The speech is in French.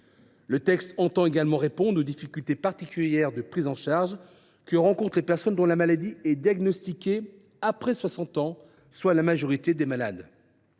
ce texte, nous entendons également répondre aux difficultés particulières de prise en charge que rencontrent les personnes pour qui la SLA est diagnostiquée après l’âge de 60 ans, soit la majorité des malades.